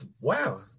Wow